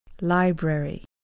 Library